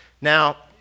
Now